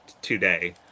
today